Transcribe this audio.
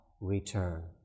return